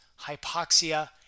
hypoxia